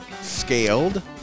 scaled